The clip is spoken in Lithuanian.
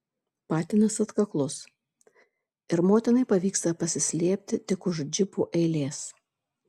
patinas atkaklus ir motinai pavyksta pasislėpti tik už džipų eilės